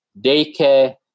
daycare